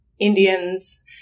Indians